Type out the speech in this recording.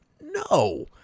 no